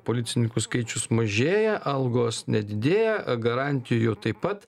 policininkų skaičius mažėja algos nedidėja garantijų taip pat